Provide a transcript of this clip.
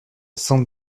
cent